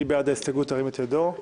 ירים את ידו?